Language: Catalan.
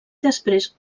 després